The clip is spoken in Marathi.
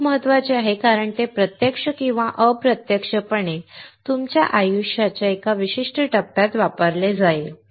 हे खूप महत्वाचे आहे कारण ते प्रत्यक्ष किंवा अप्रत्यक्षपणे तुमच्या आयुष्याच्या एका विशिष्ट टप्प्यात वापरले जाईल